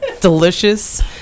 delicious